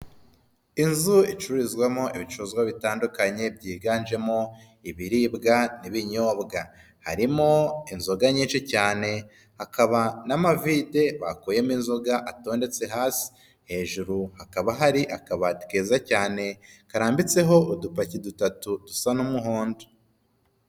Inzu icururizwamo ibicuruzwa bitandukanye byiganjemo, ibiribwa n'ibinyobwa. Harimo inzoga nyinshi cyane, hakaba n'amavide bakuyemo inzoga atondetse hasi. Hejuru hakaba hari akabati keza cyane, karambitseho udupaki dutatu dusa n'umuhondo.